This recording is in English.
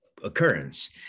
occurrence